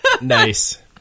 Nice